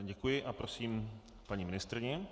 Děkuji a prosím paní ministryni.